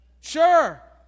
Sure